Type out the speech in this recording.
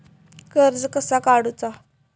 कर्ज कसा काडूचा?